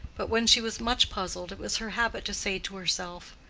but when she was much puzzled, it was her habit to say to herself,